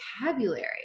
vocabulary